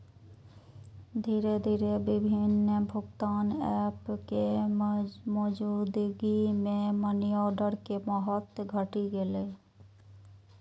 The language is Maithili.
धीरे धीरे विभिन्न भुगतान एप के मौजूदगी मे मनीऑर्डर के महत्व घटि गेलै